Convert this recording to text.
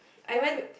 I went